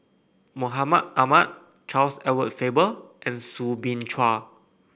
Mahmud Ahmad Charles Edward Faber and Soo Bin Chua